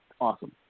Awesome